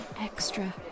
extra